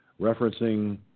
referencing